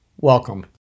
welcome